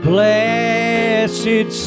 blessed